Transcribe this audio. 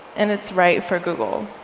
and it's right for google.